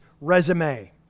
resume